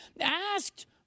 asked